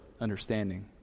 understanding